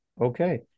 Okay